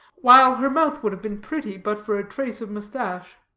while her mouth would have been pretty but for a trace of moustache.